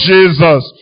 Jesus